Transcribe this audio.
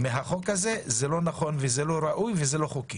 מהחוק הזה, זה לא נכון, זה לא ראוי וזה לא חוקי.